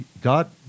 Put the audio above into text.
God